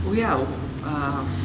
oh ya err